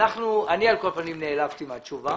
על כל פנים, אני נעלבתי מהתשובה.